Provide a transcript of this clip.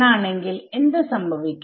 ആണെങ്കിൽ എന്ത് സംഭവിക്കും